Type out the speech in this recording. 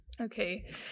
Okay